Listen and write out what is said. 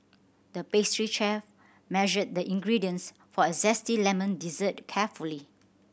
the pastry chef measured the ingredients for a zesty lemon dessert carefully